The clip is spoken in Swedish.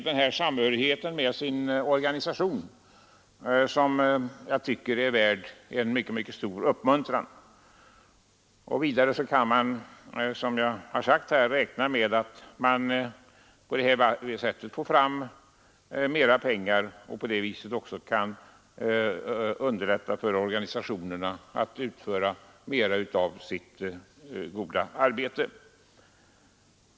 Denna samhörighet med en organisation tycker jag är värd uppmuntran. Vidare kan man, som jag sagt, räkna med att organisationerna därigenom får in mera pengar. På det sättet gör man det möjligt för dem att utföra mera av sitt goda arbete.